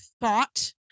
thought